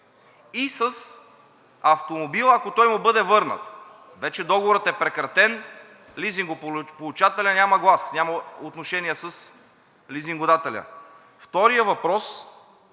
и с автомобила, ако той му бъде върнат. Вече договорът е прекратен, лизингополучателят няма глас, няма отношение с лизингодателя. Вторият въпрос,